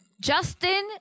Justin